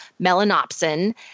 melanopsin